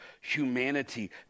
humanity